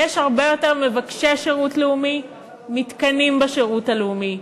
יש הרבה יותר מבקשי שירות לאומי מתקנים בשירות הלאומי.